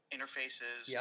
interfaces